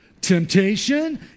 temptation